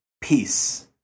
Peace